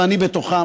ואני בתוכם,